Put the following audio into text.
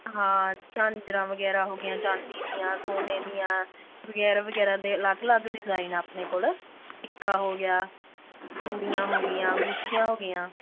ਹਾਂ ਝਾਂਜਰਾਂ ਵਗੈਰਾ ਹੋ ਗੀਆਂ ਚਾਂਦੀ ਦੀਆਂ ਸੋਨੇ ਦੀਆਂ ਵਗੈਰਾ ਵਗੈਰਾ ਦੇ ਅਲੱਗ ਅਲੱਗ ਡਿਜ਼ਾਈਨ ਐ ਆਪਣੇ ਕੋਲ਼ ਟਿੱਕਾ ਹੋ ਗਿਆ ਚੂੜੀਆਂ ਹੋ ਗੀਆਂ ਅੰਗੂਠੀਆਂ ਹੋ ਗੀਆਂ